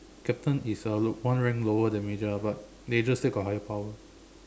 captain is uh low one rank lower than major ah but major still got higher power